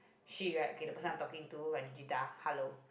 she right K the person I talking to Ranjida hello